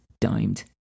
dimed